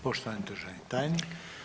Poštovani državni tajnik.